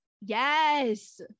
Yes